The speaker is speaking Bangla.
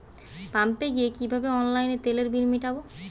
পাম্পে গিয়ে কিভাবে অনলাইনে তেলের বিল মিটাব?